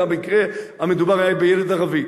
ובמקרה המדובר היה ילד ערבי.